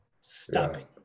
stopping